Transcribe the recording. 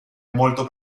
molto